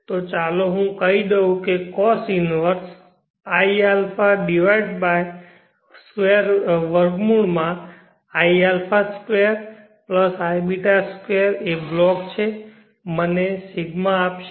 તો ચાલો હું કહી દઉં કે cos 1 iα √iα2iβ2 એ બ્લોક છે મને ρઆપશે